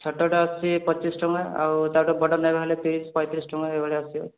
ଛୋଟଟା ଅଛି ପଚିଶ ଟଙ୍କା ଆଉ ତା'ଠୁ ବଡ଼ ନେବେ ହେଲେ ତିରିଶ ପଇଁତିରିଶ ଟଙ୍କା ଏଭଳିଆ ଆସିବ